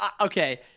Okay